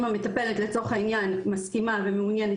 אם המטפלת לצורך העניין מסכימה ומעוניינת